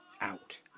out